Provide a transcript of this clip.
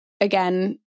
Again